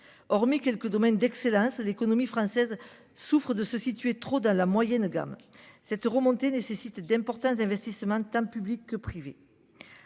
hormis quelques domaines d'excellence. L'économie française souffrent de se situer trop dans la moyenne gamme cette remontée nécessite d'importants investissements tant publics que privés.